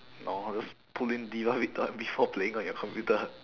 no just pull in before playing on your computer